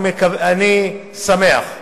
אני שמח.